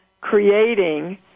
creating